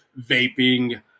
vaping